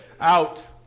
out